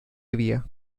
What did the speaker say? hevia